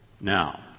Now